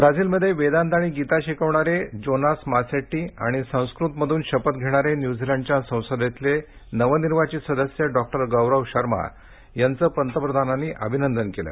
Brazil मध्ये वेदांत आणि गीता शिकवणारे जोनास मासेट्टी आणि संस्कृत मधून शपथ घेणारे न्यूझिलंडच्या संसदेतले नवनिर्वाचित सदस्य डॉक्टर गौरव शर्मा यांचं पंतप्रधानांनी अभिनंदन केलं